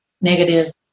negative